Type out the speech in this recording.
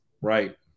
right